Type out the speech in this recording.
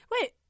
Wait